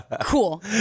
Cool